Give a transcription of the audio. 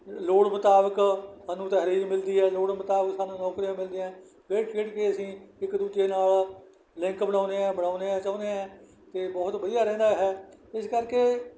ਲੋੜ ਮੁਤਾਬਿਕ ਸਾਨੂੰ ਤਰਜ਼ੀਹ ਮਿਲਦੀ ਹੈ ਲੋੜ ਮੁਤਾਬਿਕ ਸਾਨੂੰ ਨੌਕਰੀਆਂ ਮਿਲਦੀਆਂ ਖੇਡ ਖੇਡ ਕੇ ਅਸੀਂ ਇੱਕ ਦੂਜੇ ਨਾਲ ਲਿੰਕ ਬਣਾਉਂਦੇ ਹਾਂ ਬਣਾਉਂਦੇ ਹਾਂ ਚਾਹੁੰਦੇ ਹਾਂ ਕਿ ਬਹੁਤ ਵਧੀਆ ਰਹਿੰਦਾ ਹੈ ਇਸ ਕਰਕੇ